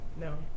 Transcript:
No